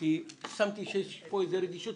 כי שמתי לב שיש פה רגישות.